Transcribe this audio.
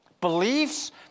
Beliefs